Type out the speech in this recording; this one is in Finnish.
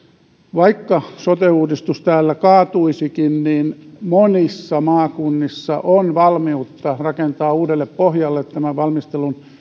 vaikka sote uudistus täällä kaatuisikin niin monissa maakunnissa on valmiutta rakentaa uudelle pohjalle